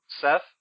Seth